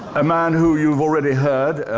a man who, you've already heard,